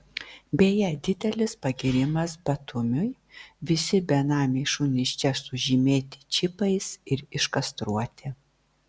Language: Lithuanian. beje didelis pagyrimas batumiui visi benamiai šunys čia sužymėti čipais ir iškastruoti